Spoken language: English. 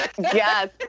Yes